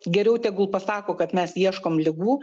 geriau tegul pasako kad mes ieškom ligų